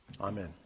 Amen